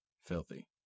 filthy